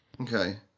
Okay